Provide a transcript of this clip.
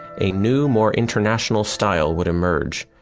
a new more international style would emerge,